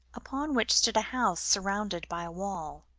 upon which stood a house surrounded by a wall.